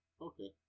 Okay